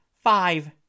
Five